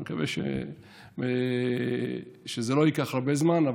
אני מקווה שזה לא ייקח הרבה זמן.